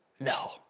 no